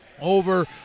Over